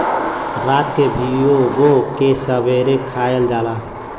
रात के भिगो के सबेरे खायल जाला